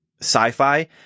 sci-fi